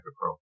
Pro